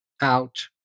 out